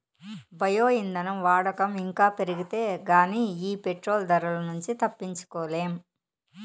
bio ఇంధనం వాడకం ఇంకా పెరిగితే గానీ ఈ పెట్రోలు ధరల నుంచి తప్పించుకోలేం